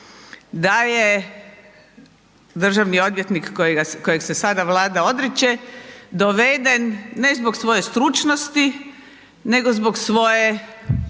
da je državni odvjetnik kojeg se sada Vlada odriče doveden ne zbog svoje stručnosti nego zbog svoje